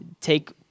take